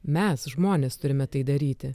mes žmonės turime tai daryti